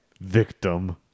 victim